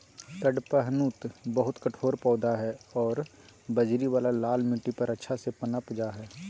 कडपहनुत बहुत कठोर पौधा हइ आरो बजरी वाला लाल मिट्टी पर अच्छा से पनप जा हइ